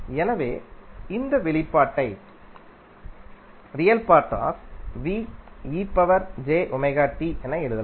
எனவே இந்த வெளிப்பாட்டை என எழுதுகிறோம்